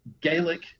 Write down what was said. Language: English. Gaelic